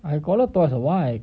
I call her twice ah why